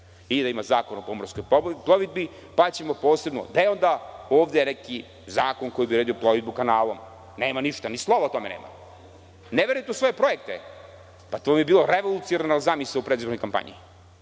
i da ima zakon o pomorskoj plovidbi, pa ćemo posebno ovde neki zakon koji je odredio plovidbu kanalom? Nema ništa. Ni slovo o tome nema. Ne verujete u svoje projekte? Pa to bi bila revolucionarna zamisao u predizbornoj kampanji.